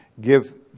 Give